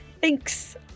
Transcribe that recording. Thanks